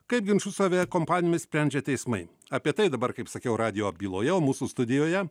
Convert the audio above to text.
kaip ginčus su aviakompanijomis sprendžia teismai apie tai dabar kaip sakiau radijo byloje o mūsų studijoje